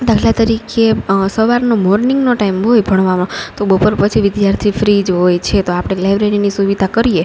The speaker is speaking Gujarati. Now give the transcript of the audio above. દાખલા તરીકે સવારનો મોર્નિંગનો ટાઈમ હોય ભણવામાં તો બપોર પછી વિદ્યાર્થી ફ્રી જ હોય છે તો આપણે લાઇબ્રેરીની સુવિધા કરીએ